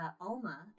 Alma